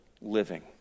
living